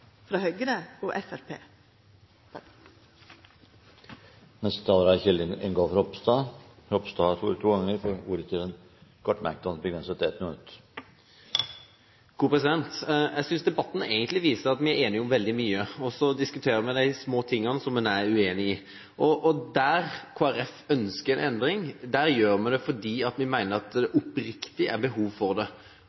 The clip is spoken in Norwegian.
Ingolf Ropstad har hatt ordet to ganger tidligere og får ordet til en kort merknad, begrenset til 1 minutt. Jeg synes debatten egentlig viser at vi er enige om veldig mye, og så diskuterer vi de små tingene som man er uenig i. Når Kristelig Folkeparti ønsker en endring, er det fordi vi oppriktig mener at det er behov for det. Kolberg er opptatt av at det